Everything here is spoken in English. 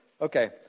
Okay